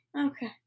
Okay